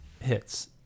hits